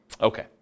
Okay